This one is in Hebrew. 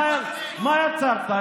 אתם רוצים לעשות את התכנון?